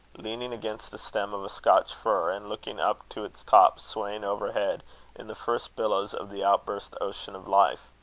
leaning against the stem of a scotch fir, and looking up to its top swaying overhead in the first billows of the outburst ocean of life.